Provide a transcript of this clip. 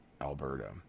alberta